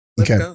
Okay